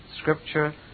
scripture